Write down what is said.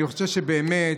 אני חושב שבאמת,